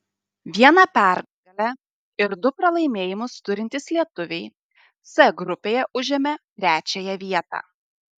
vieną pergalę ir du pralaimėjimus turintys lietuviai c grupėje užėmė trečiąją vietą